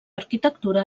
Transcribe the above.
arquitectura